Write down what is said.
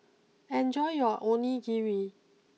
enjoy your Onigiri